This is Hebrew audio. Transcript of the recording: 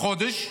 החודש,